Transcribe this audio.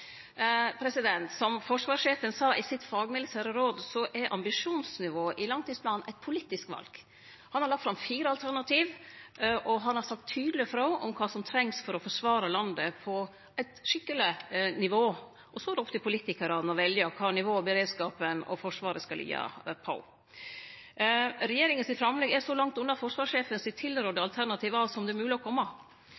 Som forsvarssjefen sa i Fagmilitært råd, er ambisjonsnivået i langtidsplanen eit politisk val. Han har lagt fram fire alternativ, og han har sagt tydeleg frå om kva som trengst for å forsvare landet på eit skikkeleg nivå. Og så er det opp til politikarane å velje kva nivå beredskapen og forsvaret skal liggje på. Regjeringa sitt framlegg er så langt unna forsvarssjefen sitt tilrådde